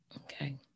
Okay